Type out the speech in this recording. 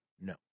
No